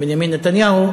בנימין נתניהו,